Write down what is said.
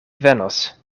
venos